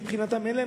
שמבחינתם אין להם